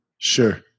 Sure